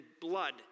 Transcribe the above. blood